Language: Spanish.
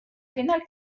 final